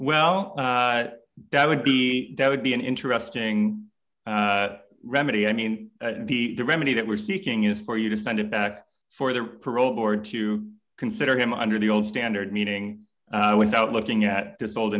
well that would be that would be an interesting remedy i mean the remedy that we're seeking is for you to send him back for the parole board to consider him under the old standard meaning without looking at this old